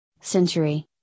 century